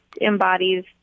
embodies